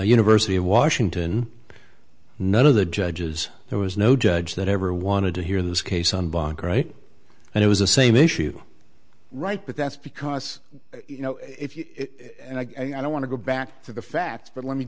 university of washington none of the judges there was no judge that ever wanted to hear this case on bonk right and it was a same issue right but that's because you know if you and i don't want to go back to the facts but let me